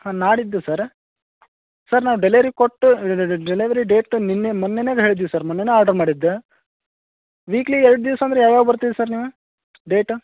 ಹಾಂ ನಾಡಿದ್ದು sir sir ನಾವು ಡೆಲಿವರಿ ಕೊಟ್ಟು ಡೆಲವರಿ ಡೇಟ್ ನಿನ್ನೆ ಮೊನ್ನೆನಗೆ ಹೇಳಿದ್ದಿವಿ ಸರ್ ಮೊನ್ನೆನೆ ಆಡ್ರು ಮಾಡಿದ್ದ ವೀಕ್ಲಿ ಎರಡು ದಿವಸ ಅಂದರೆ ಯಾವಾಗ ಬರ್ತೀರಿ ಸರ್ ನೀವು ಡೇಟು